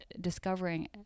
discovering